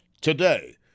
today